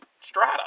strata